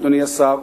אדוני השר,